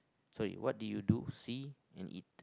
so what did you do see and eat